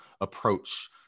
approach